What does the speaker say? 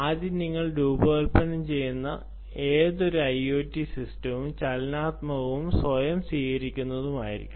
ആദ്യം നിങ്ങൾ രൂപകൽപ്പന ചെയ്യുന്ന ഏതൊരു ഐഒടി സിസ്റ്റവും ചലനാത്മകവും സ്വയം സ്വീകരിക്കുന്നതുമായിരിക്കണം